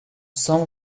some